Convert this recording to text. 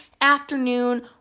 afternoon